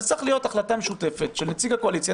זאת צריכה להיות החלטה משותפת של נציג הקואליציה,